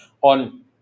on